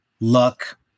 luck